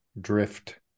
drift